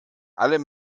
allem